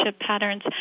patterns